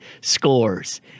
scores